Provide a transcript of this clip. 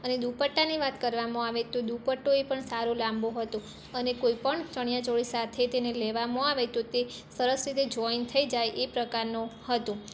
અને દુપટ્ટાની વાત કરવામાં આવે તો દુપટ્ટો એ પણ સારો લાંબો હતો અને કોઈ પણ ચણિયા ચોળી સાથે તેને લેવામાં આવે તો તે સરસ રીતે જોઇન થઈ જાય એ પ્રકારનો હતો